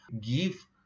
give